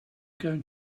going